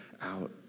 out